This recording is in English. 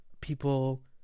people